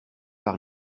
par